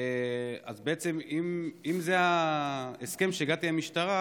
בעצם אם זה ההסכם שהגעתם אליו עם המשטרה